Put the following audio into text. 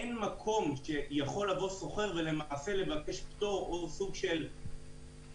אין מקום שיכול לבוא שוכר ולבקש פטור או סוג של הפרה,